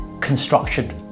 constructed